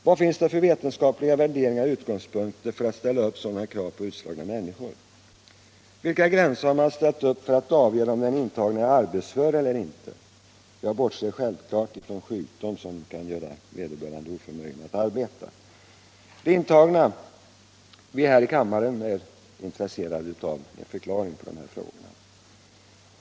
Vad finns det för vetenskapliga värderingar och utgångspunkter som gör att man kan ställa sådana krav på utslagna människor? Vilka gränser har man uppsatt när det gäller att avgöra om en intagen är arbetsför eller inte? Jag bortser självfallet från sjukdom, som kan göra vederbörande oförmögen att arbeta. De intagna och vi här i kammaren är intresserade av en förklaring på den punkten.